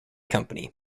company